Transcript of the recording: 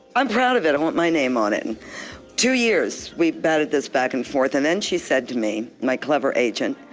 i'm proud of it i want my name on it and two years we batted this back and forth and then she said to me, my clever agent,